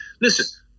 listen